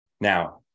now